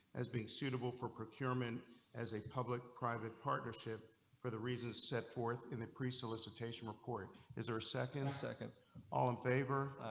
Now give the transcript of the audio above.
as being suitable for procurement as a public private partnership for the reasons set forth in the pre solicitation report is there a second a second all in favor.